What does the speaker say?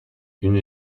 une